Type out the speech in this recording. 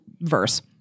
verse